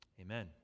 Amen